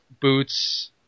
boots